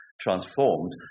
transformed